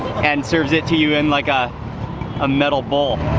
and serves it to you in like a ah metal bowl.